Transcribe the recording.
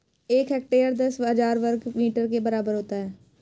एक हेक्टेयर दस हजार वर्ग मीटर के बराबर होता है